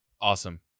Awesome